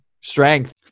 strength